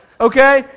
Okay